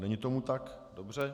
Není tomu tak, dobře.